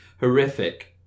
horrific